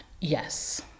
Yes